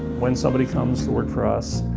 when somebody comes to work for us,